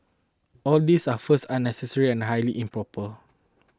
all these are first unnecessary and highly improper